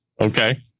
Okay